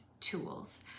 tools